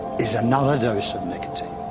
is another dose of nicotine.